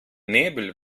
nebel